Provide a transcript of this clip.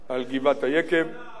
על גבעת-היקב, 30 שנה הדחפורים,